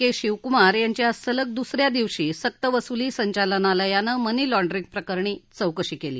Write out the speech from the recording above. के शिवकुमार यांची आज सलग दुस या दिवशी सक्त वसुली संचालनालयानं मनी लॉण्ड्रींगप्रकरणी चौकशी केली